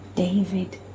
David